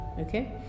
okay